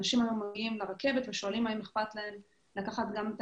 אנשים היו מגיעים לרכבת ושואלים האם אכפת להם לקחת גם את